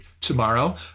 tomorrow